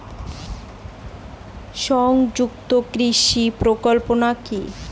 সংযুক্ত কৃষক প্রকল্প কি?